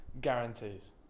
guarantees